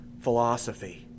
Philosophy